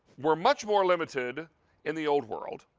we are much more limited in the old world,